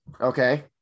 Okay